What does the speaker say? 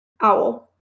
owl